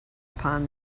upon